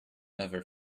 never